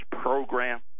program